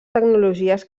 tecnologies